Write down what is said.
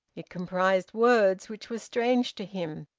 it comprised words which were strange to him,